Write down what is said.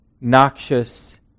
noxious